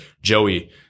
Joey